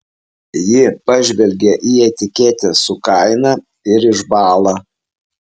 ji pažvelgia į etiketę su kaina ir išbąla